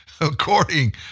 According